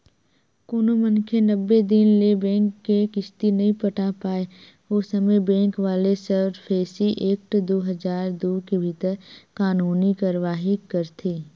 कोनो मनखे नब्बे दिन ले बेंक के किस्ती नइ पटा पाय ओ समे बेंक वाले सरफेसी एक्ट दू हजार दू के भीतर कानूनी कारवाही करथे